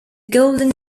golden